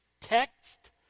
text